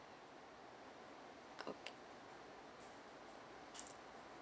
okay